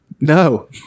No